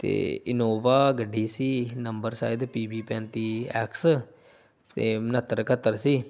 ਅਤੇ ਇਨੋਵਾ ਗੱਡੀ ਸੀ ਨੰਬਰ ਸ਼ਾਇਦ ਪੀ ਬੀ ਪੈਂਤੀ ਐਕਸ ਅਤੇ ਉਣਹੱਤਰ ਇਕਹੱਤਰ ਸੀ